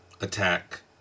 attack